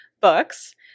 books